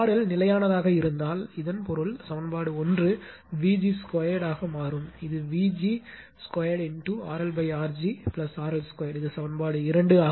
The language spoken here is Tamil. எல் நிலையானதாக இருந்தால் இதன் பொருள் சமன்பாடு ஒன்று Vg 2 ஆக மாறும் இது vg 2 RLR g RL 2 இது சமன்பாடு 2 ஆகும்